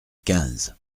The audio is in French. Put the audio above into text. quinze